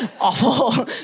Awful